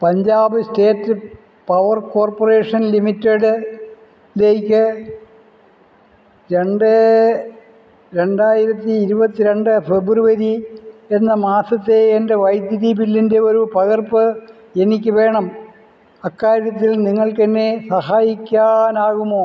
Punjab state power corporation ലിമിറ്റഡിലേക്ക് രണ്ട് രണ്ടായിരത്തി ഇരുപത്തി രണ്ട് ഫെബ്രുവരി എന്ന മാസത്തെ എൻ്റെ വൈദ്യുതി ബില്ലിൻ്റെ ഒരു പകർപ്പ് എനിക്ക് വേണം അക്കാര്യത്തിൽ നിങ്ങൾക്കെന്നെ സഹായിക്കാനാകുമോ